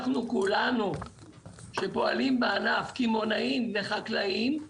אנחנו כולנו שפועלים בענף, קמעונאים וחקלאים,